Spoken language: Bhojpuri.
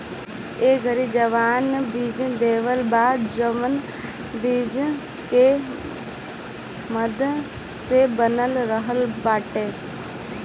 ए घरी सरकार जवन बीज देत बा जवन विज्ञान के मदद से बनल रहत बाटे